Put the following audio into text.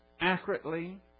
accurately